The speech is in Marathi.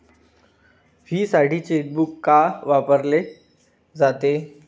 फीसाठी चेकबुक का वापरले जाते?